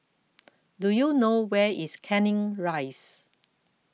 do you know where is Canning Rise